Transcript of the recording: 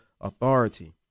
authority